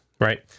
right